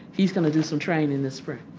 he's going to do some training this spring.